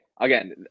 again